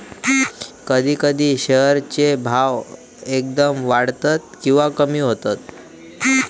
कधी कधी शेअर चे भाव एकदम वाढतत किंवा कमी होतत